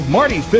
Marty